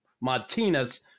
Martinez